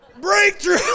breakthrough